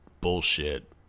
bullshit